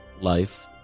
life